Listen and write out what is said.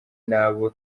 nabo